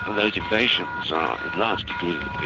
ah those invasions are in large degree,